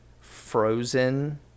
frozen